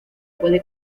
puede